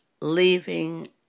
leaving